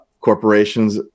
Corporations